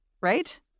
right